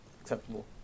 acceptable